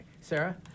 Sarah